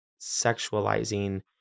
sexualizing